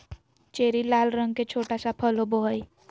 cherry लाल रंग के छोटा सा फल होबो हइ